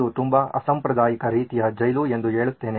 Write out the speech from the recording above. ಇದು ತುಂಬಾ ಅಸಾಂಪ್ರದಾಯಿಕ ರೀತಿಯ ಜೈಲು ಎಂದು ಹೇಳುತ್ತೇನೆ